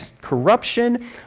corruption